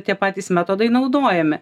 tie patys metodai naudojami